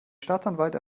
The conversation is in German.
staatsanwalt